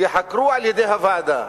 ייחקרו על-ידי הוועדה,